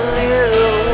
little